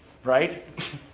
Right